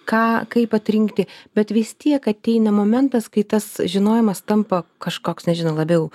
ką kaip atrinkti bet vis tiek ateina momentas kai tas žinojimas tampa kažkoks nežinau labiau